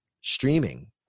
streaming